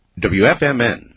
WFMN